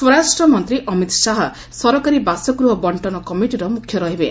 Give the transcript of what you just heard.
ସ୍ୱରାଷ୍ଟ୍ର ମନ୍ତ୍ରୀ ଅମିତ୍ ଶାହା ସରକାରୀ ବାସଗୃହ ବଣ୍ଟନ କମିଟିର ମୁଖ୍ୟ ରହିବେ